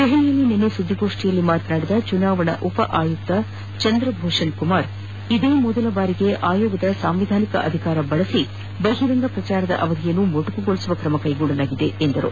ದೆಹಲಿಯಲ್ಲಿ ನಿನ್ನೆ ಸುದ್ದಿಗೋಷ್ಠಿಯಲ್ಲಿ ಮಾತನಾದಿದ ಚುನಾವಣಾ ಉಪ ಆಯುಕ್ತ ಚಂದ್ರಭೂಷಣ್ ಕುಮಾರ್ ಇದೇ ಪ್ರಥಮ ಬಾರಿಗೆ ಆಯೋಗದ ಸಾಂವಿಧಾನಿಕ ಅಧಿಕಾರ ಬಳಸಿ ಬಹಿರಂಗ ಪ್ರಚಾರದ ಅವಧಿ ಮೊಟಕುಗೊಳಿಸುವ ಕ್ರಮ ಕೈಗೊಳ್ಳಲಾಗಿದೆ ಎಂದರು